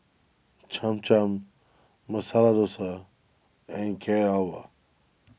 Cham Cham Masala Dosa and Carrot Halwa